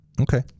Okay